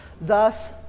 Thus